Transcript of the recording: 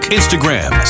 Instagram